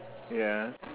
ya